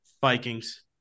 Vikings